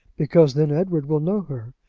because then edward will know her.